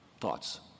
Thoughts